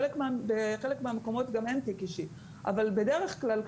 בחלק מהמקומות גם אין תיק אישי אבל בדרך כלל,